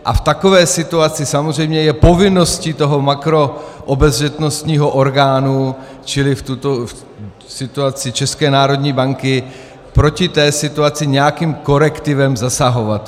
V takové situaci je samozřejmě povinností toho makroobezřetnostního orgánu, čili v této situaci České národní banky, proti té situaci nějakým korektivem zasahovat.